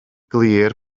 glir